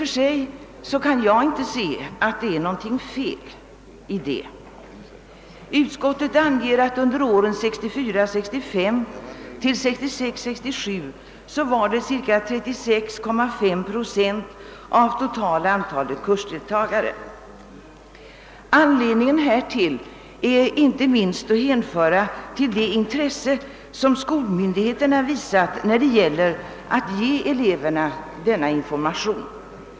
Jag kan inte se att detta är felaktigt i och för sig. Utskottet anger att det under åren 1964 67 rörde sig om cirka 36,5 procent av det totala antalet kursdeltagare. Anledningen härtill är inte minst det intresse som skolmyndigheterna visat när det gäller att ge eleverna denna information.